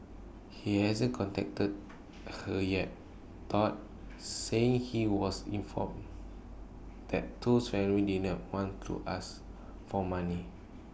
he hasn't contacted her yet thought saying he was informed that Toh's family didn't want to ask for money